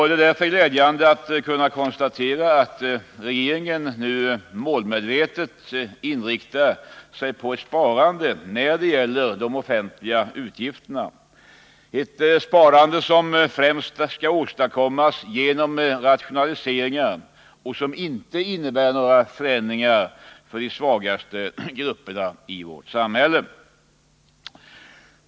Det är därför glädjande att kunna konstatera att regeringen nu målmedvetet inriktar sig på ett sparande när det gäller de offentliga utgifterna, ett sparande som främst skall åstadkommas genom rationaliseringar och som inte innebär några försämringar för de svagaste grupperna i samhället.